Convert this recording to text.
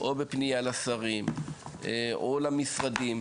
או בפנייה לשרים או למשרדים.